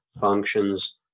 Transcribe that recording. functions